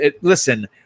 Listen